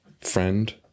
friend